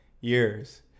years